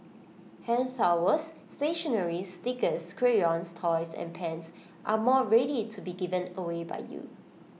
hand towels stationery stickers crayons toys and pens are more than ready to be given away by you